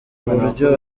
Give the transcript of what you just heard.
uburyo